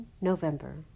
November